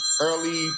early